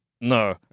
No